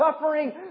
suffering